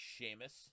Sheamus